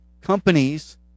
companies